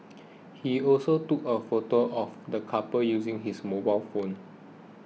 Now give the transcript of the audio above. he also took a photo of the couple using his mobile phone